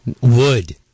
Wood